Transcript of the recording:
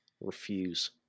Refuse